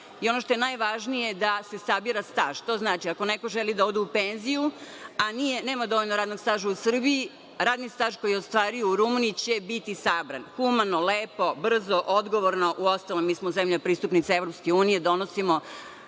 Ono što je najvažnije je da se sabira staž. To znači ako neko želi da ode u penziju, a nema dovoljno radnog staža u Srbiji, radni staž koji je ostvario u Rumuniji će biti sabran. Humano, lepo, brzo, odgovorno. Uostalom, mi smo zemlja pristupnica Evropske